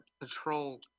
Patrol